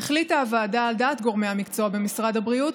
על דעת גורמי המקצוע במשרד הבריאות,